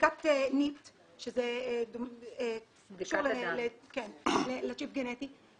בדיקת NIPT שזה קשור לצ'יפ גנטי.